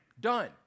done